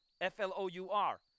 F-L-O-U-R